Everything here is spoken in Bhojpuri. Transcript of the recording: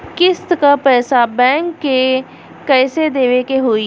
किस्त क पैसा बैंक के कइसे देवे के होई?